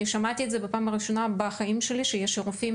אני שמעתי בפעם הראשונה בחיים שלי שיש רופאים